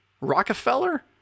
Rockefeller